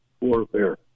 warfare